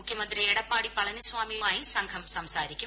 മുഖ്യമന്ത്രി ് എടപ്പാടി പളനിസ്വാമിയുമായി സംഘം സംസാരിക്കും